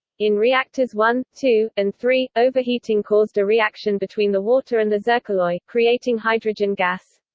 in reactors one, two, and three, overheating caused a reaction between the water and the zircaloy, creating hydrogen gas.